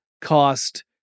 cost